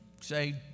say